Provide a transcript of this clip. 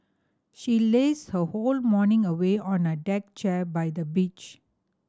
she lazed her whole morning away on a deck chair by the beach